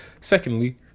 Secondly